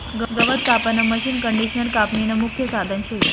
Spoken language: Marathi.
गवत कापानं मशीनकंडिशनर कापनीनं मुख्य साधन शे